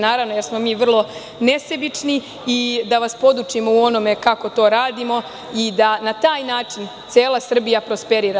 Naravno, jer smo mi vrlo nesebični i da vas podučimo u onome kako to radimo, i da na taj način cela Srbija prosperira.